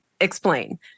Explain